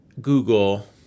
Google